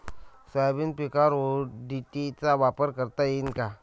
Soybean पिकावर ODT चा वापर करता येईन का?